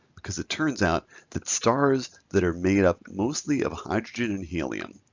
because it turns out that stars that are made up mostly of hydrogen and helium